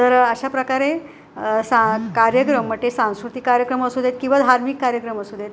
तर अशा प्रकारे सा कार्यक्रम मग ते सांस्कृतिक कार्यक्रम असू देत किंवा धार्मिक कार्यक्रम असू देत